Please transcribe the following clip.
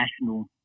national